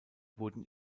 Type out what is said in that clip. wurden